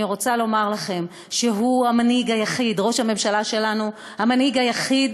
אני רוצה לומר לכם שראש הממשלה שלנו הוא המנהיג היחיד